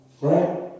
Right